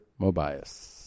Mobius